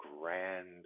Grand